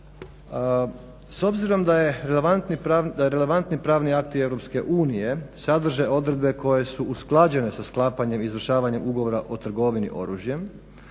S obzirom da je relevantni pravni akti EU sadrže odredbe koje su usklađene sa sklapanjem i izvršavanjem ugovora o trgovini oružjem,